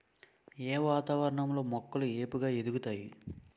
ఏ వాతావరణం లో మొక్కలు ఏపుగ ఎదుగుతాయి?